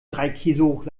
dreikäsehoch